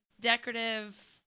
decorative